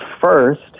first